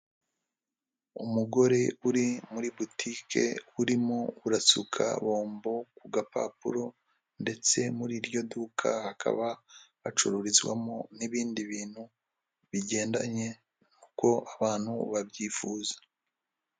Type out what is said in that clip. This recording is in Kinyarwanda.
Umugore uri muri butike urimo urasuka bombo ku gapapuro, ndetse muri iryo duka hakaba hacururizwamo n'ibindi bintu bigendanye uko abantu babyifuza.